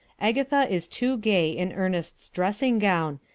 agatha is too gay in ernest's dressing-gown,